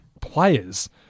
players